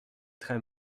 très